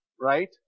Right